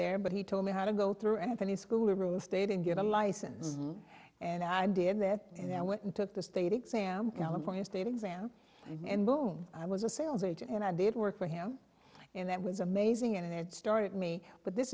there but he told me had to go through any school rules state and get a license and i did that and i went and took the state exam california state exam and boom i was a sales agent and i did work for him and that was amazing and it started me but this